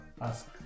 ask